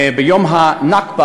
ביום הנכבה,